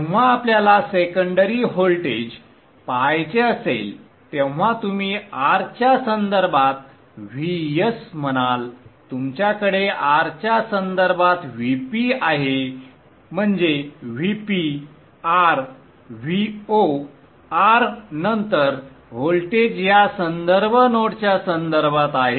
जेव्हा आपल्याला secondary voltage पहायचे असेल तेव्हा तुम्ही R च्या संदर्भात Vs म्हणाल तुमच्याकडे R च्या संदर्भात Vp आहे म्हणजे Vp R V0 R नंतर व्होल्टेज या संदर्भ नोडच्या संदर्भात आहेत